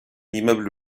immeuble